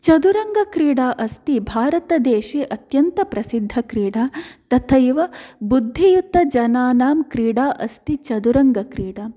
चतुरङ्गक्रीडा अस्ति भारतदेशे अत्यन्तप्रसिद्धक्रीडा तथैव बुद्धियुक्तजनानां क्रीडा अस्ति चतुरङ्गक्रीडा